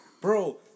Bro